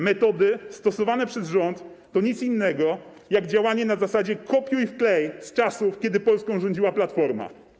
Metody stosowane przez rząd to nic innego jak działanie na zasadzie kopiuj-wklej z czasów, kiedy Polską rządziła Platforma.